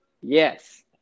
Yes